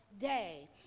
day